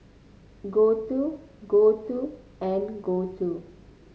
Gouthu Gouthu and Gouthu